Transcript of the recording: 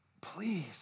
please